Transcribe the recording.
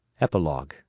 EPILOGUE